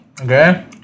Okay